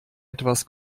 etwas